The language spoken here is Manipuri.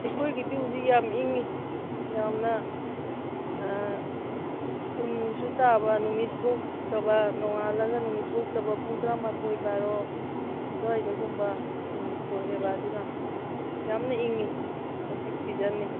ꯑꯩꯈꯣꯏꯒꯤꯗꯤ ꯍꯧꯖꯤꯛ ꯌꯥꯝ ꯏꯪꯏ ꯌꯥꯝꯅ ꯎꯟꯁꯨ ꯇꯥꯕ ꯅꯨꯃꯤꯠ ꯊꯣꯛꯇꯕ ꯅꯣꯡꯉꯥꯜꯂꯒ ꯅꯨꯃꯤꯠ ꯊꯣꯛꯇꯕ ꯄꯨꯡ ꯇꯔꯥꯃꯥꯊꯣꯏ ꯕꯥꯔꯣ ꯑꯗꯨꯋꯥꯏꯗꯒꯨꯝꯕ ꯅꯨꯃꯤꯠ ꯊꯣꯛꯑꯦꯕ ꯑꯗꯨꯅ ꯌꯥꯝꯅ ꯏꯪꯏ ꯍꯧꯖꯤꯛ ꯁꯤꯖꯟꯅꯤ